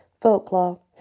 folklore